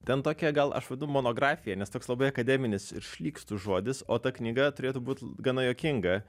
ten tokią gal aš vedu monografiją nes toks labai akademinis ir šlykštus žodis o ta knyga turėtų būt gana juokinga